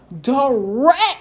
direct